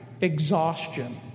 exhaustion